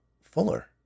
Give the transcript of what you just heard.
fuller